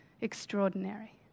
extraordinary